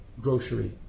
grocery